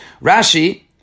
Rashi